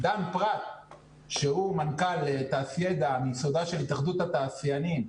דן פרת שהוא מנכ"ל תעשידע מיסודה של התאחדות התעשיינים.